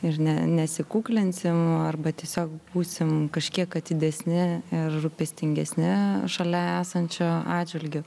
ir ne nesikuklinsim arba tiesiog būsim kažkiek atidesni ir rūpestingesni šalia esančio atžvilgiu